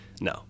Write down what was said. no